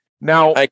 now